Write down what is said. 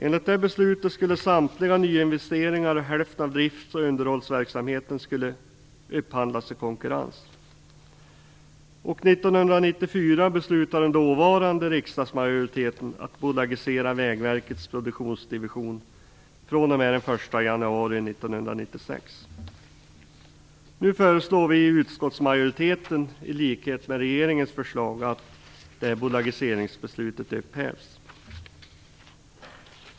Enligt det beslutet skulle samtliga nyinvesteringar och hälften av driftoch underhållsverksamheten upphandlas i konkurrens. Nu föreslår vi i utskottsmajoriteten i likhet med regeringens förslag att bolagiseringsbeslutet upphävs.